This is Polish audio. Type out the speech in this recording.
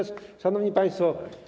Szanowni Państwo!